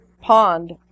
pond